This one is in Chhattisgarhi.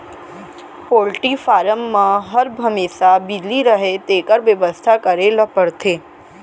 पोल्टी फारम म हर हमेसा बिजली रहय तेकर बेवस्था करे ल परथे